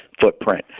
footprint